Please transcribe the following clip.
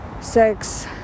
sex